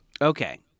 Okay